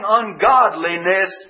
ungodliness